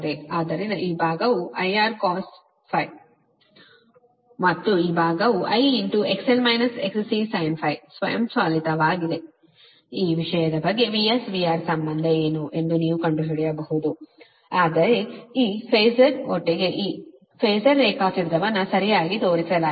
ಆದ್ದರಿಂದ ಈ ಭಾಗವು IRcos ∅ ಮತ್ತು ಈ ಭಾಗವು I XL - XC sin ∅ ಸ್ವಯಂಚಾಲಿತವಾಗಿ ಈ ವಿಷಯದ ಬಗ್ಗೆ VS VR ಸಂಬಂಧ ಏನು ಎಂದು ನೀವು ಕಂಡುಹಿಡಿಯಬಹುದು ಆದರೆ ಈ ಫಾಸರ್ ಒಟ್ಟಿಗೆ ಈ ಫಾಸರ್ ರೇಖಾಚಿತ್ರವನ್ನು ಸರಿಯಾಗಿ ತೋರಿಸಲಾಗಿದೆ